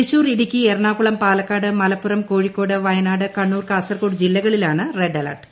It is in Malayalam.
തൃശൂർ ഇടുക്കി എറണാകുളം പാലക്കാട് മലപ്പുറം കോഴിക്കോട് വയനാട് കണ്ണൂർ കാസർകോട് ജില്ലകളിലാണ് റെഡ് അലർട്ട്